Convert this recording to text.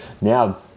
now